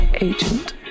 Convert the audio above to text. Agent